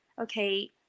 okay